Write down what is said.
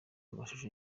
amashusho